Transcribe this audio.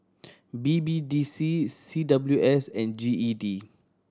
B B D C C W S and G E D